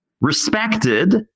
respected